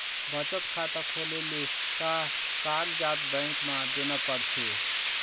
बचत खाता खोले ले का कागजात बैंक म देना पड़थे?